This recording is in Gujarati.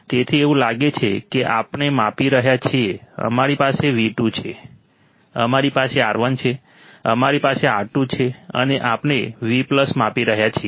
તેથી એવું લાગે છે કે આપણે માપી રહ્યા છીએ અમારી પાસે V2 છે અમારી પાસે R1 છે અમારી પાસે R2 છે અને આપણે V માપી રહ્યા છીએ